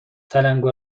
تلنگور